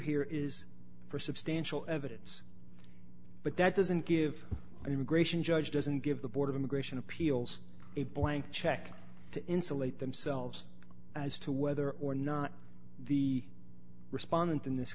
here is for substantial evidence but that doesn't give an immigration judge doesn't give the board of immigration appeals a blank check to insulate themselves as to whether or not the respondent in this